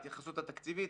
ההתייחסות התקציבית.